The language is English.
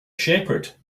shepherd